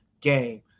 game